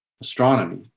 astronomy